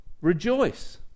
Rejoice